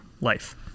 life